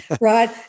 right